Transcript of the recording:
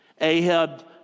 Ahab